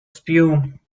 spume